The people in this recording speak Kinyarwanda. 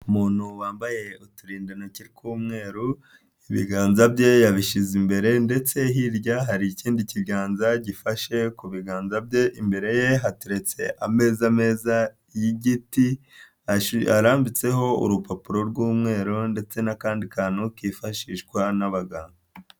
Umuntu wambaye uturindantoki tw'umweru, ibiganza bye yabishyize imbere ndetse hirya hari ikindi kiganza gifashe ku biganza bye, imbere ye hateretse ameza meza y'igiti, arambitseho urupapuro rw'umweru ndetse n'akandi kantu kifashishwa n'abaganga.